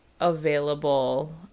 available